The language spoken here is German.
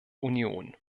union